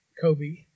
Kobe